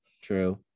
true